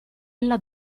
ella